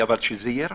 אבל שזה יהיה רשום.